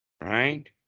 Right